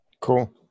Cool